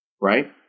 right